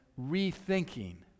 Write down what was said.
rethinking